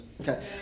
Okay